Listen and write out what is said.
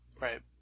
Right